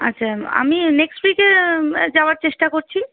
আচ্ছা আমি নেক্স উইকে যাওয়ার চেষ্টা করছি